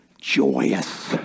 joyous